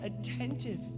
attentive